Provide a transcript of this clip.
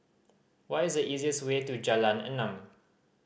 what is the easiest way to Jalan Enam